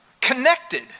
connected